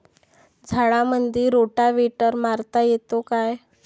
झाडामंदी रोटावेटर मारता येतो काय?